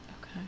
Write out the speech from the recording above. Okay